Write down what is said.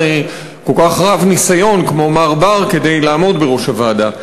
כל כך רב-ניסיון כמו מר בר לעמוד בראש הוועדה.